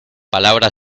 palabra